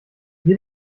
hier